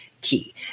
Key